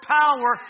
power